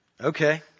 okay